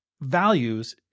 values